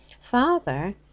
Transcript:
Father